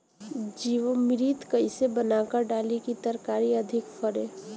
जीवमृत कईसे बनाकर डाली की तरकरी अधिक फरे?